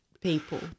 people